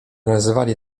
nazywali